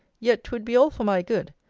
yet twould be all for my good.